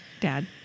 Dad